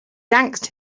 yanked